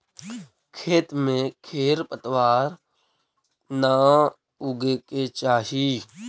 खेत में खेर पतवार न उगे के चाही